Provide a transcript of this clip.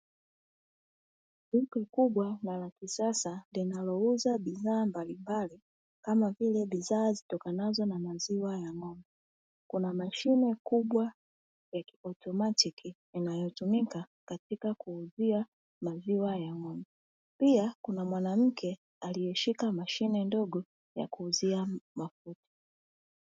Duka kubwa na la kisasa linalouza bidhaa mbalimbali kama vile bidhaa zitokanazo na maziwa ya ng'ombe. Kuna mashine kubwa ya kiautomatiki inayotumika katika kuuzia maziwa ya ng'ombe; pia kuna mwanamke aliyeshika mashine ndogo ya kuuzia mafuta.